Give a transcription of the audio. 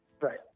Right